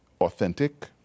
authentic